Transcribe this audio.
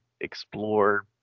explore